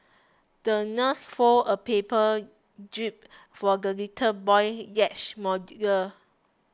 the nurse folded a paper jib for the little boy's yacht model